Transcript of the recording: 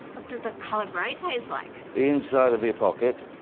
does the colour grey taste like? the inside of your pocket.